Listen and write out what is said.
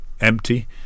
empty